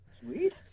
Sweet